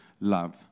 Love